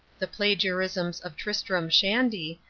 the plagiarisms of tristram shandy,